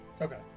Okay